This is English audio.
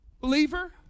Believer